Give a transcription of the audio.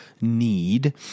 need